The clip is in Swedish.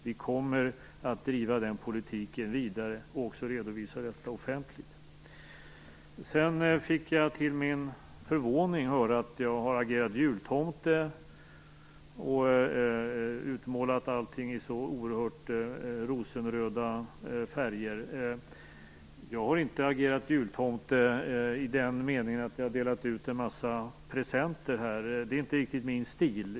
Vi kommer att driva den politiken vidare, och vi kommer också att redovisa den offentligt. Jag fick till min förvåning höra att jag har agerat jultomte och utmålat allt i oerhört rosenröda färger. Det har jag inte gjort i den meningen att jag har delat ut en mängd presenter. Det är inte riktigt min stil.